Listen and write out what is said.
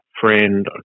friend